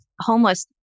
homeless